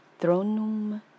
thronum